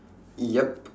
yup